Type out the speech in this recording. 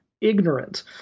ignorant